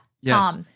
Yes